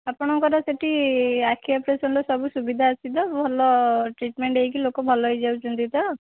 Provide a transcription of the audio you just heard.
ଆପଣଙ୍କର ସେଠି ଆଖି ଅପରେସନ୍ର ସବୁ ସୁବିଧା ଅଛିତ ଭଲ ଟ୍ରିଟମେଣ୍ଟ୍ ହେଇକି ଲୋକ ଭଲ ହେଇଯାଉଛନ୍ତି ତ